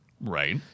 Right